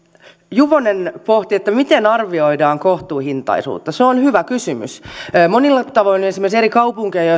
juvonen pohti miten arvioidaan kohtuuhintaisuutta se on hyvä kysymys monilla tavoin jos esimerkiksi verrataan eri kaupunkeja